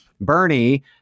Bernie